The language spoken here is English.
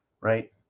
right